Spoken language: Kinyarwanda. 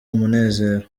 umunezero